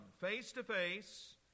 face-to-face